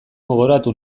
gogoratu